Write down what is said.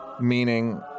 meaning